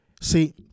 See